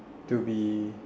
to be